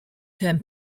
term